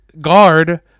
guard